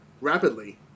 rapidly